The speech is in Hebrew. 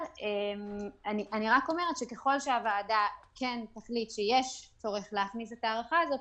אני רק אומרת שככל שהוועדה תחליט שיש צורך להכניס את ההארכה הזאת,